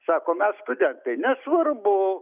sakom mes studentai nesvarbu